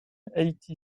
eighty